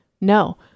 No